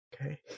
Okay